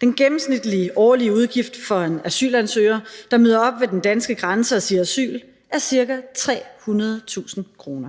Den gennemsnitlige årlige udgift for en asylansøger, der møder op ved den danske grænse og siger asyl, er ca. 300.000 kr.